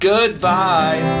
Goodbye